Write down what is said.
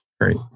Great